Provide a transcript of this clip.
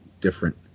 different